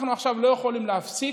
אנחנו עכשיו לא יכולים להפסיק,